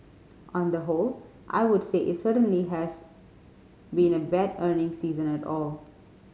on the whole I would say it certainly has been a bad earnings season at all